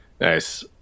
Nice